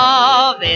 Love